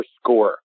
score